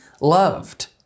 loved